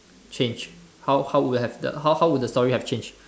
change how how would have the how how would have the story have changed